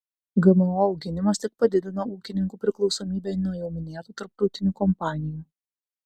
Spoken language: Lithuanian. gmo auginimas tik padidina ūkininkų priklausomybę nuo jau minėtų tarptautinių kompanijų